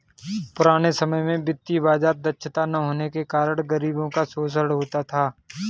पुराने समय में वित्तीय बाजार दक्षता न होने के कारण गरीबों का शोषण होता था